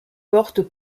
portes